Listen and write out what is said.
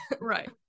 Right